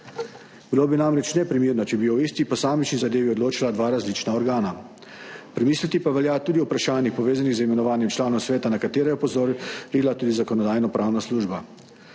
Bilo bi namreč neprimerno, če bi o isti posamični zadevi odločala dva različna organa. Premisliti pa velja tudi o vprašanjih, povezanih z imenovanjem članov sveta, na katera je opozorila tudi Zakonodajno-pravna služba.